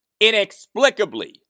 inexplicably